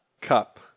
Cup